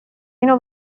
اینو